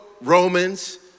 Romans